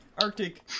Arctic